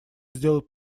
сделать